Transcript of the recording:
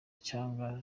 cyangwa